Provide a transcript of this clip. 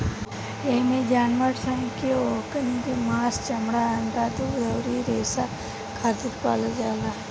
एइमे जानवर सन के ओकनी के मांस, चमड़ा, अंडा, दूध अउरी रेसा खातिर पालल जाला